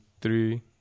three